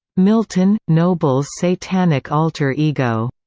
milton nobles' satanic alter-ego.